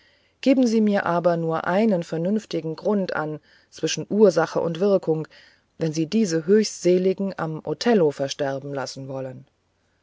geben sie mir aber nur einen vernünftigen grund an zwischen ursache und wirkung wenn sie diese höchstseligen am othello versterben lassen wollen